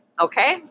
Okay